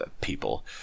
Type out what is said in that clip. People